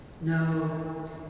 no